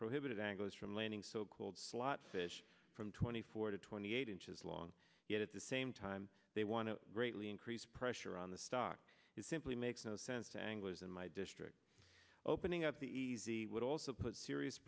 prohibited anglo's from landing so called slots fish from twenty four to twenty eight inches long yet at the same time they want to greatly increase pressure on the stock it simply makes no sense anglers in my district opening up the easy would also put serious